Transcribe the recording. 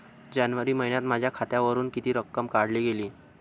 जानेवारी महिन्यात माझ्या खात्यावरुन किती रक्कम काढली गेली?